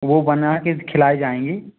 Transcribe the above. वो बना कर खिलाई जाएँगी